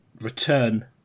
return